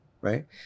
right